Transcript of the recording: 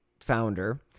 founder